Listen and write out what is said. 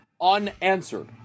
unanswered